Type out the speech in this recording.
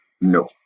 No